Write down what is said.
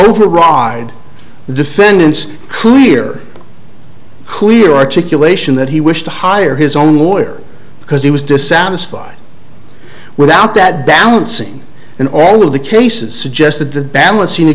override the defendant's clear clear articulation that he wished to hire his own lawyer because he was dissatisfied without that balancing in all of the cases suggested the balancing